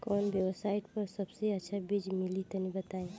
कवन वेबसाइट पर सबसे अच्छा बीज मिली तनि बताई?